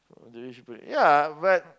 yeah but